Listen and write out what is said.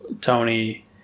Tony